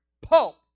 pulp